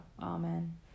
Amen